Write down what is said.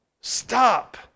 stop